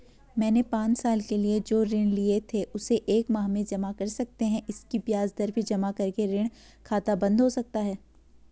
मैंने पांच साल के लिए जो ऋण लिए थे उसे एक माह में जमा कर सकते हैं इसकी ब्याज दर भी जमा करके ऋण खाता बन्द हो सकता है?